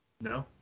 No